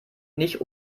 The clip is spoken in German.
nicht